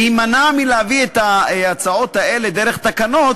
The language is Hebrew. להימנע מלהביא את ההצעות האלה דרך תקנות,